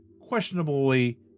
questionably